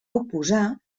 oposar